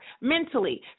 Mentally